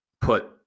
put